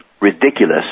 ridiculous